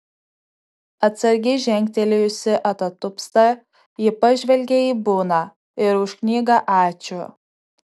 atsargiai žengtelėjusi atatupsta ji pažvelgė į buną ir už knygą ačiū